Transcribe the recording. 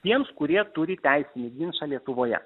tiems kurie turi teisinį ginčą lietuvoje